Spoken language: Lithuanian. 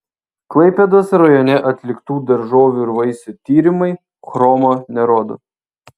klaipėdos rajone atliktų daržovių ir vaisių tyrimai chromo nerodo